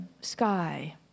sky